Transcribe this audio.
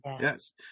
Yes